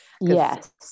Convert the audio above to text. yes